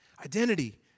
Identity